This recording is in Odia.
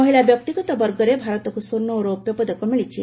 ମହିଳା ବ୍ୟକ୍ତିଗତ ବର୍ଗରେ ଭାରତକୁ ସ୍ୱର୍ଣ୍ଣ ଓ ରୌପ୍ୟପଦକ ମିଳିଛି